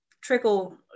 trickle